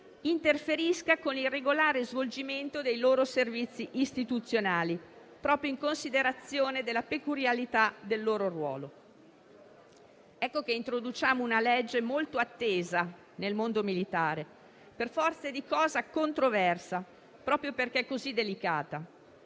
interferisca con il regolare svolgimento dei loro servizi istituzionali, proprio in considerazione della peculiarità del loro ruolo. Introduciamo così una legge molto attesa nel mondo militare, per forza di cose controversa, proprio perché così delicata,